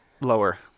Lower